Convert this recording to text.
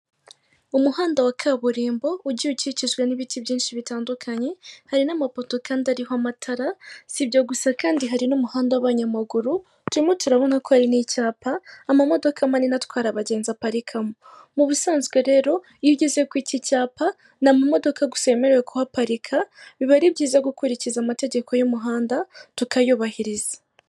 Umuhanda wa kaburimbo ugiye ukikijwe n'ibiti byinshi bitandukanye, hari n'amapoto kandi ariho amatara, si byo gusa kandi hari n'umuhanda w'abanyamaguru, turimo turabona ko hari n'icyapa, amamodoka manini atwara abagenzi aparikamo. Mu busanzwe rero, iyo ugeze kuri iki cyapa, ni amamodoka gusa yemerewe kuhaparika, biba ari byiza gukurikiza amategeko y'umuhanda, tukayubahiriza.